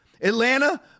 Atlanta